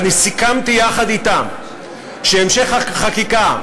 ואני סיכמתי יחד אתם שהמשך החקיקה,